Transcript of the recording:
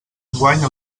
enguany